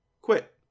quit